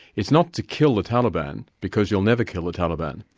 it's not to kill the taliban, because you'll never kill the taliban.